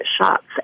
shots